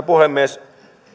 puhemies